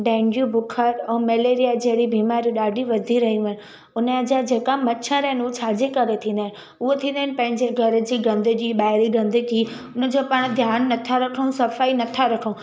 dengue बुखार ऐं malaria जहिड़ी बीमारियूं ॾाढी वधी रहियूं आहिनि उनया जा जेका मच्छर आहिनि उ छाजे करे थींदा आहिनि उहो थींदा आहिनि पंहिंजे घर जी गंदगी ॿाहिरी गंदगी हुनजो पाण ध्यानु नथा रखूं सफ़ाई नथा रखूं